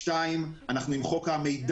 שנית, אנחנו עם חוק המידע.